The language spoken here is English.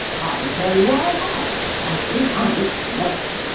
i tell you i have i think i ought to know.